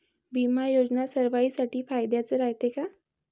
बिमा योजना सर्वाईसाठी फायद्याचं रायते का?